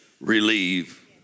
relieve